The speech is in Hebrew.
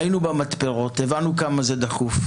הינו במתפרות הבנו כמה זה דחוף,